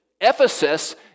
Ephesus